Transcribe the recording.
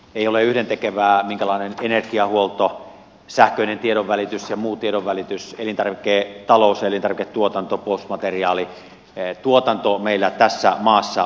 ei ole yhdentekevää minkälainen energiahuolto sähköinen tiedonvälitys ja muu tiedonvälitys elintarviketalous ja elintarviketuotanto puolustusmateriaalituotanto meillä tässä maassa on